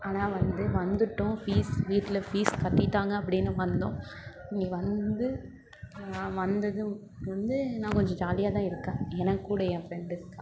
ஆனால் ஆனால் வந்து வந்துட்டோம் ஃபீஸ் வீட்டில் ஃபீஸ் கட்டிட்டாங்க அப்படின்னு வந்தோம் இங்கே வந்து நான் வந்ததும் வந்து நான் கொஞ்சம் ஜாலியாக தான் இருக்கேன் ஏன்னா கூட என் ஃப்ரெண்டு இருக்காள்